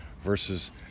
versus